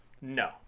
no